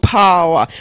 power